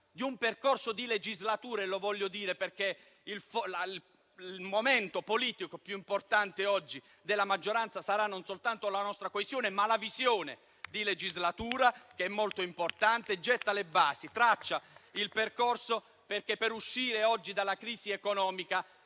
di un percorso di legislatura. Lo voglio dire perché il momento politico più importante della maggioranza, oggi, sarà non soltanto la nostra coesione, ma la visione di legislatura, che è molto importante. Questo Documento getta le basi e traccia il percorso perché per uscire dalla crisi economica